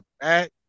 back